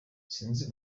sinzi